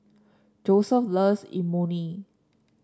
Joeseph loves Imoni